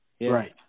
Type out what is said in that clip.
Right